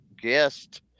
guest